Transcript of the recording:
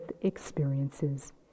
experiences